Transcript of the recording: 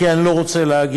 כי אני לא רוצה להגיד.